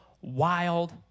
wild